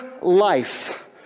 life